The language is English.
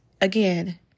again